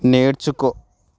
నేర్చుకో